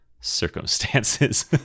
circumstances